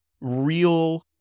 real